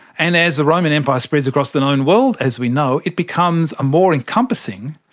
and as the roman empire spreads across the known world, as we know, it becomes a more encompassing,